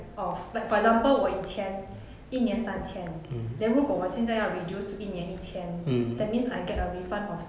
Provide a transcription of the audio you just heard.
of like for example 我以前一年三千 then 如果现在要 reduced to 一年一千 that means I get a refund of